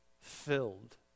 filled